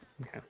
Okay